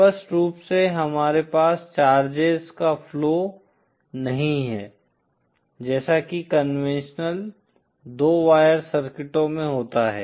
स्पष्ट रूप से हमारे पास चार्जेस का फ्लो नहीं है जैसा कि कन्वेंशनल दो वायर सर्किटों में होता हैं